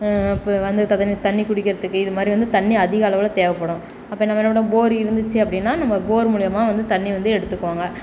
இப்போது வந்து தண்ணி குடிக்கிறதுக்கு இது மாதிரி வந்து தண்ணி அதிகளவில் தேவைப்படும் அப்போ நாம் என்ன பண்ணுவோம் போர் இருந்துச்சு அப்படினா நம்ம போர் மூலயமா தண்ணி வந்து எடுத்துக்குவாங்க